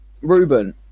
Ruben